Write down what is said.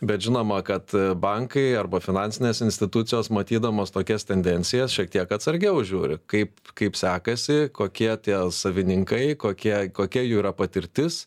bet žinoma kad bankai arba finansinės institucijos matydamos tokias tendencijas šiek tiek atsargiau žiūri kaip kaip sekasi kokie tie savininkai kokie kokia jų yra patirtis